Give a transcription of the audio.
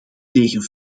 tegen